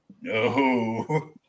No